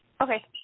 Okay